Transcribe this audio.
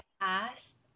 past